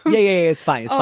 yeah, it's fine.